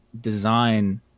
design